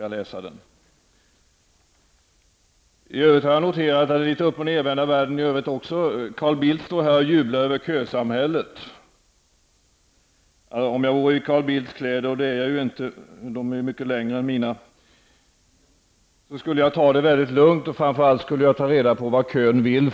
Jag har noterat att det även i övrigt är uppochnedvända världen. Carl Bilt står här och jublar över kösamhället. Om jag vore i Carl Bildts kläder -- det är jag ju inte; de är mycket längre än mina -- skulle jag ta det väldigt lugnt och framför allt skulle jag ta reda på vad kön vill.